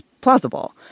plausible